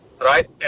Right